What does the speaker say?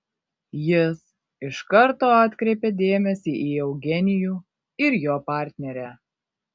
jis iš karto atkreipė dėmesį į eugenijų ir jo partnerę